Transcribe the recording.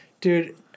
Dude